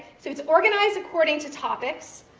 so it's organized according to topics,